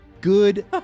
Good